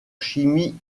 chimie